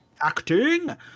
acting